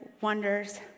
wonders